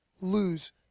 lose